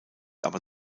aber